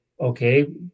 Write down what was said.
Okay